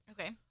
okay